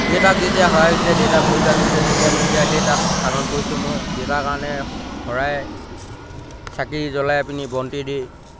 দেউতাক যেতিয়া সহায় হৈছে দেউতা ভৰি ভাগিছে যেতিয়া তেতিয়া সেই তাত থানত গৈছোঁ মই দেউতাৰ কাৰণে শৰাই চাকি জ্বলাই পিনি বন্তি দি